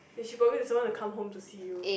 and she probably with someone to come home to see you